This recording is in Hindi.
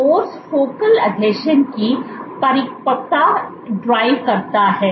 फोर्स फोकल आसंजनों की परिपक्वता ड्राइव करता है